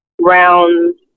rounds